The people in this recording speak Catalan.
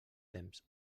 temps